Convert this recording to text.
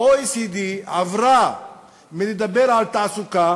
ה-OECD עבר מלדבר על תעסוקה